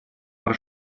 про